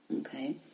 okay